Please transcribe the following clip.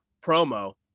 promo